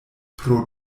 pro